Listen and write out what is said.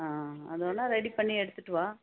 ஆ அதை வேணால் ரெடி பண்ணி எடுத்துகிட்டு வா